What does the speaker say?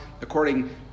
according